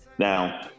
Now